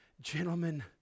gentlemen